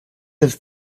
have